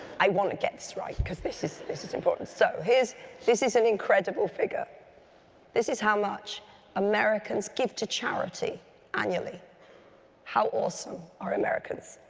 i want to get this right, because this is this is important. so is this is an incredible figure this is how much americans give to charity annually how awesome are americans?